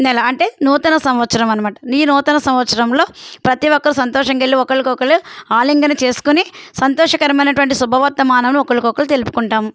నెల అంటే నూతన సంవత్సరము అన్నమాట నీ నూతన సంవత్సరంలో ప్రతీ ఒక్కరు సంతోషంగా వెళ్ళి ఒకళ్ళకి ఒకరు ఆలింగనం చేసుకొని సంతోషకరమైనటువంటి శుభవార్త మనము ఒకళ్ళకి ఒకళ్ళు తెలుపుకుంటాము